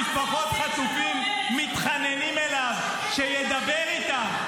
בזמן שמשפחות חטופים מתחננות אליו שידבר איתן,